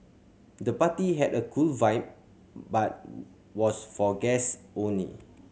the party had a cool vibe but was for guest only